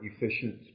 efficient